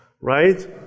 Right